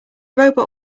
robot